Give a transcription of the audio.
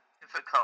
difficult